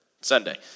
Sunday